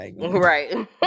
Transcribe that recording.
Right